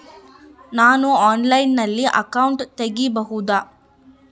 ನಾನು ಆನ್ಲೈನಲ್ಲಿ ಅಕೌಂಟ್ ತೆಗಿಬಹುದಾ?